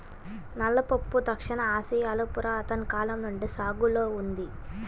నల్ల పప్పు దక్షిణ ఆసియాలో పురాతన కాలం నుండి సాగులో ఉంది